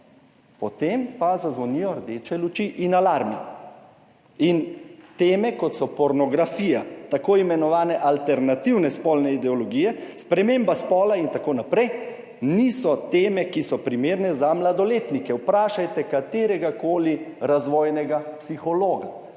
potem pa zazvonijo rdeče luči in alarmi. Teme, kot so pornografija, tako imenovane alternativne spolne ideologije, sprememba spola in tako naprej, niso teme, ki so primerne za mladoletnike. Vprašajte kateregakoli razvojnega psihologa